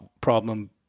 problem